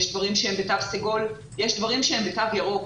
יש דברים שהם בתו סגול, יש דברים שהם בתו ירוק.